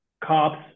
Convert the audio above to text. cops